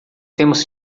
temos